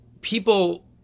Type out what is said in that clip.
people